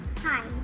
Hi